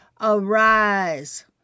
arise